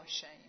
shame